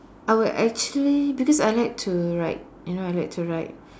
I would actually because I like to write you know I like to write